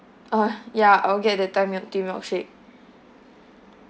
uh ya I'll get the thai milk tea milkshake